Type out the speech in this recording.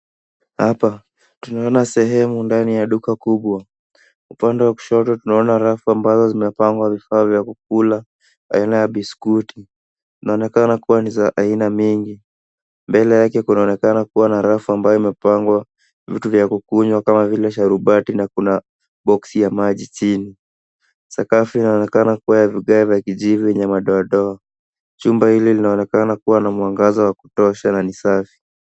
Hapa, tunaona sehemu ndani ya duka kubwa. Upande wa kushoto tunaona rafu ambazo zimepangwa vifaa vya kukula, aina ya biskuti, inaonekana kuwa za aina mingi. Mbele yake kunaonekana kuwa na rafu ambayo imepangwa vitu vya kukunywa kama vile sharubati na kuna boksi ya maji chini. Sakafu inaonekana kuwa ya vigae vya kijivu yenye madoa doa. Chumba hili linaonekana kuwa na mwangaza wa kutosha na ni safi.